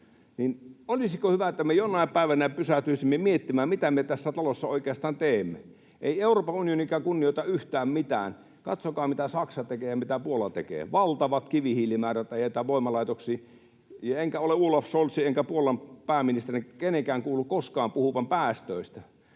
Olisiko hyvä, että me jonain päivänä pysähtyisimme miettimään, mitä me tässä talossa oikeastaan teemme? Ei Euroopan unionikaan kunnioita yhtään mitään. Katsokaa, mitä Saksa tekee ja mitä Puola tekee: valtavat kivihiilimäärät ajetaan voimalaitoksiin, enkä ole Olaf Scholzin enkä Puolan pääministerin tai kenenkään kuullut koskaan puhuvan päästöistä.